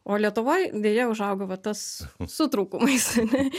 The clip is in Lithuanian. o lietuvoj deja užauga va tas su trūkumais ane